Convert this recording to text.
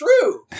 true